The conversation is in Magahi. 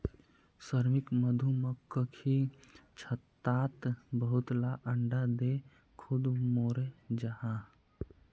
श्रमिक मधुमक्खी छत्तात बहुत ला अंडा दें खुद मोरे जहा